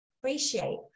appreciate